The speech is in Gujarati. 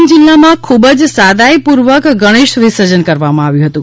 ડાંગ જિલ્લા માં ખુબજ સાદાઈ પૂર્વક ગણેશ વિસર્જન કરવા માં આવ્યું હતું